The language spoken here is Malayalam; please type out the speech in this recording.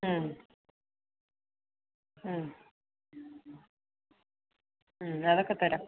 അതൊക്കെ തരാം